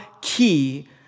key